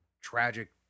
tragic